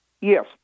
Yes